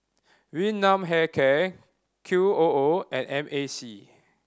Yun Nam Hair Care Q O O and M A C